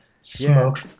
smoke